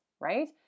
right